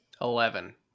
Eleven